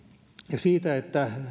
ja siitä että